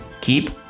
keep